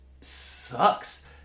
sucks